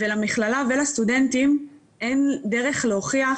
למכללה ולסטודנטים אין דרך להוכיח